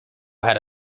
had